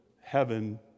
heaven